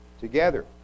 together